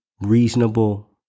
reasonable